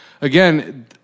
again